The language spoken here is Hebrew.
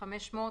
סעיף